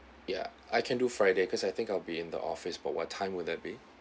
ya I can do friday because I think I'll be in the office but what time would that be